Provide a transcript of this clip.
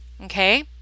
okay